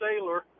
Sailor